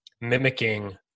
mimicking